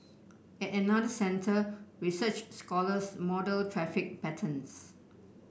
at another centre research scholars model traffic patterns